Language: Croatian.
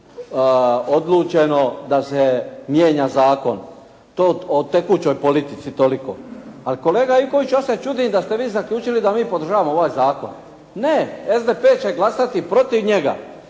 odlučeno da se mijenja zakon. O tekućoj politici toliko. Ali kolega Ivković, ja se čudim da ste vi zaključili da mi podržavamo ovaj zakon. Ne. SDP će glasati protiv njega.